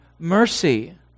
mercy